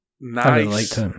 nice